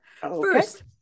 First